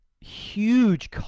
huge